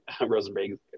Rosenberg